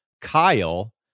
Kyle